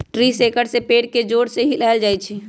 tree shaker से पेड़ के जोर से हिलाएल जाई छई